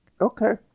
Okay